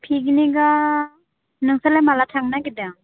पिकनिकआ नोंसोरलाय माला थांनो नागिरदों